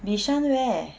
bishan where